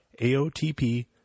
AOTP